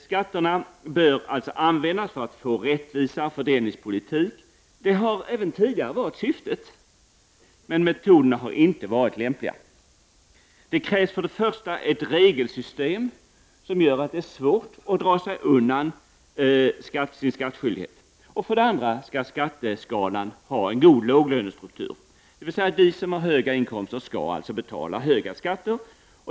Skatterna bör alltså användas för att möjliggöra en rättvisare fördelningspolitik. Det har även tidigare varit syftet. Men metoderna har inte varit lämpliga. För det första krävs det ett regelsystem som gör det svårt att dra sig undan sin skattskyldighet. För det andra skall skatteskalan ha en god låglönestruktur. De som har höga inkomster skall således betala höga skatter.